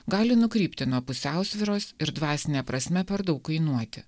gali nukrypti nuo pusiausvyros ir dvasine prasme per daug kainuoti